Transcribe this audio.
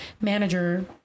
manager